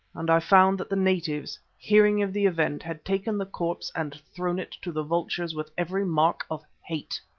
and i found that the natives, hearing of the event, had taken the corpse and thrown it to the vultures with every mark of hate.